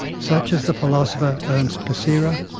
such as the philosopher ernst cassirer,